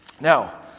Now